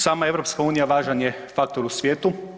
Sama EU važan je faktor u svijetu.